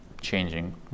changing